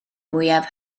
mwyaf